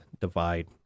divide